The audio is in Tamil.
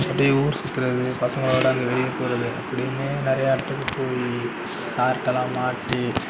அப்டேயே ஊர் சுற்றுறது பசங்களோடு அங்கே வெளியே போகிறது அப்படின்னு நிறையா இடத்துக்கு போய் சார்ட்டெலாம் மாட்டி